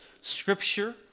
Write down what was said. Scripture